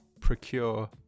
procure